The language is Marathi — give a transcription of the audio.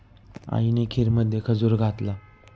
आईने खीरमध्ये खजूर घातला